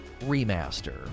remaster